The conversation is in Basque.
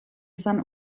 izan